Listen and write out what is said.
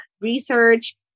research